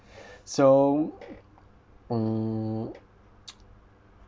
so mm